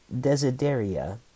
Desideria